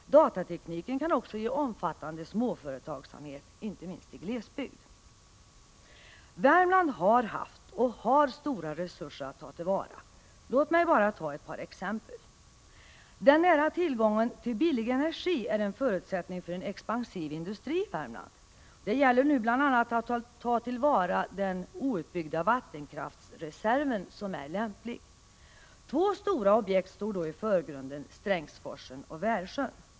Datatekniken kan också ge en omfattande småföretagsamhet — inte minst i glesbygd. Värmland har haft och har stora resurser att ta till vara. Låt mig bara ta ett par exempel. Den nära tillgången till billig energi är en förutsättning för en expansiv industri i Värmland. Det gäller nu bl.a. att ta till vara de outbyggda vattenkraftsresurser som är lämpliga. Två stora objekt står då i förgrunden: Strängsforsen och Värsjön.